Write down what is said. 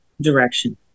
direction